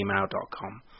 gmail.com